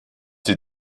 die